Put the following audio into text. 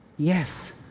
Yes